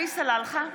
עלי סלאלחה,